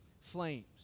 flames